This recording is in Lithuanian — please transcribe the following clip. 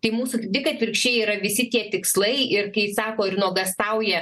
tai mūsų kaip tik atvirkščiai yra visi tie tikslai ir kai sako ir nuogąstauja